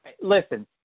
Listen